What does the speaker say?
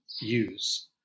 use